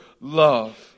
love